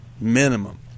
minimum